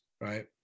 right